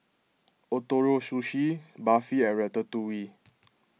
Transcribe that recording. Ootoro Sushi Barfi and Ratatouille